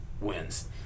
wins